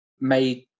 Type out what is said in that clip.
made